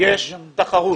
יש תחרות